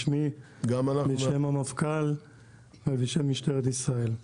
בשמי ובשם המפכ"ל ובשם משטרת ישראל.